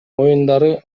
оюндары